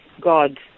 God